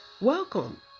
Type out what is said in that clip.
Welcome